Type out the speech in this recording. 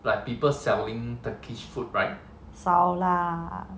少 lah